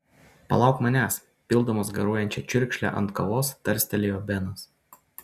palauk manęs pildamas garuojančią čiurkšlę ant kavos tarstelėjo benas